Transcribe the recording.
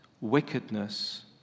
wickedness